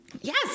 Yes